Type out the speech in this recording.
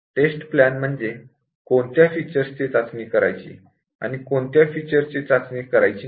taste plan म्हणजे कोणत्या features ची टेस्टिंग करायची आहे आणि कोणत्या फीचरची टेस्टिंग करायची नाही